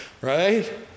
right